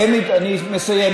אני מסיים,